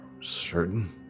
certain